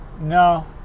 No